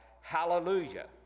hallelujah